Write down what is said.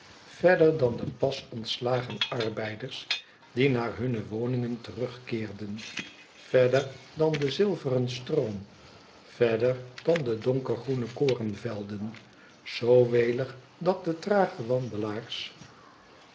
verder dan de pas ontslagen arbeiders die naar hunne woningen terugkeerden verder dan de zilveren stroom verder dan de donkergroene korenvelden zoo welig dat de trage wandelaars